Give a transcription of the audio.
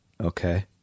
Okay